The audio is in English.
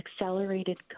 accelerated